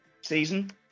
season